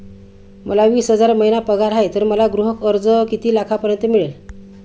मला वीस हजार महिना पगार आहे तर मला गृह कर्ज किती लाखांपर्यंत मिळेल?